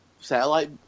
satellite